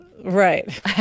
Right